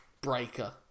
Breaker